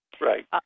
right